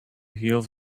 heels